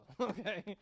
okay